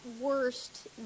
worst